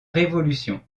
révolution